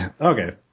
Okay